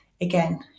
again